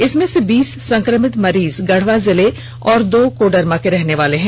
इसमें से बीस संक्रमित मरीज गढ़वा जिले और दो कोडरमा के रहने वाले हैं